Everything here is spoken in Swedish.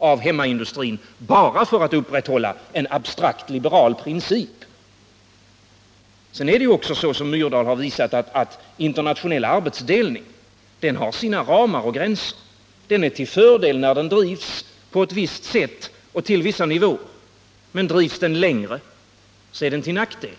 av hemmaindustrin bara för att upprätthålla en abstrakt liberal princip. Sedan är det även så, som Gunnar Myrdal har visat, att internationell arbetsfördelning har sina ramar och gränser. Den är till fördel när den drivs på ett visst sätt och till vissa nivåer, men drivs den längre är den till nackdel.